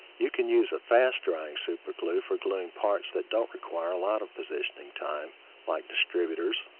you can use a fast drying super glue for gluing parts that don't require a lot of positioning time like distributors,